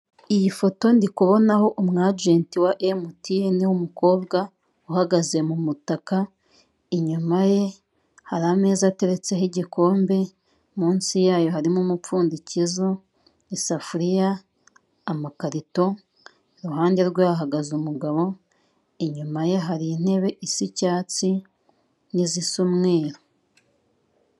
Iyi foto ndikubonaho umwagenti wa Emutiyene w'umukobwa uhagaze mu mutaka, inyuma ye hari ameza ateretseho igikombe, munsi yayo harimo umupfundikizo, isafuriya, amakarito, iruhande rwe hahagaze umugabo, inyuma ye hari intebe isa icyatsi n'izisa umweru.